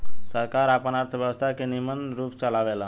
सरकार आपन अर्थव्यवस्था के निमन रूप से चलावेला